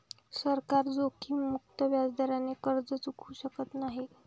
सरकार जोखीममुक्त व्याजदराने कर्ज चुकवू शकत नाही